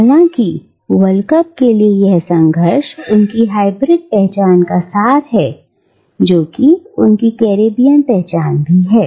हालांकि world cup के लिए यह संघर्ष ही उनकी हाइब्रिड पहचान का सार है जो कि उनकी कैरेबियन पहचान है